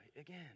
again